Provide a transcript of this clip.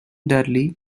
dudley